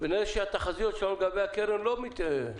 ונראה שהתחזיות שלנו לגבי הקרן לא מתממשות.